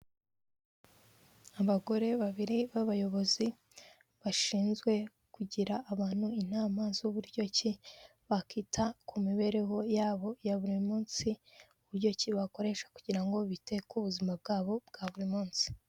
Abagore babiri b'abayobozi bashinzwe kugira abantu inama z'uburyo ki bakita ku mibereho yabo ya buri munsi, uburyo ki bakoresha kugira ngo bite ku buzima bwabo bwa buri munsi.